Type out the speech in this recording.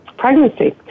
pregnancy